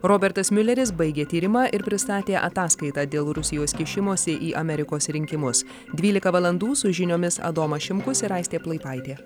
robertas miuleris baigė tyrimą ir pristatė ataskaitą dėl rusijos kišimosi į amerikos rinkimus dvylika valandų su žiniomis adomas šimkus ir aistė plaipaitė